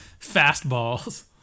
fastballs